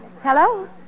Hello